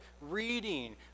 reading